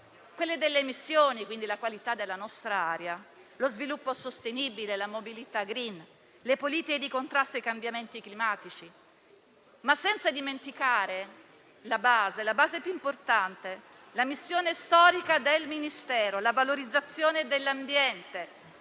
delle emissioni, e quindi alla qualità della nostra aria, allo sviluppo sostenibile, alla mobilità *green*, alle politiche di contrasto ai cambiamenti climatici, senza dimenticare la base più importante e la missione storica del Ministero: la valorizzazione dell'ambiente,